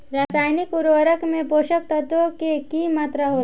रसायनिक उर्वरक में पोषक तत्व के की मात्रा होला?